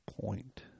point